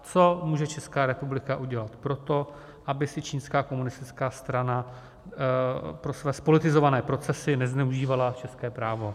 Co může Česká republika udělat pro to, aby si čínská komunistická strana pro své zpolitizované procesy nezneužívala české právo?